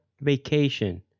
vacation